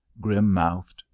grim-mouthed